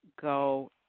go